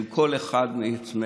היא של כל אחד משלנו,